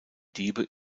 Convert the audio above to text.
diebe